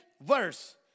verse